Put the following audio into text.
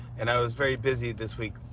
and i was very busy this week,